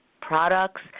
products